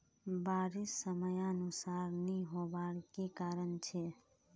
बारिश समयानुसार नी होबार की कारण छे?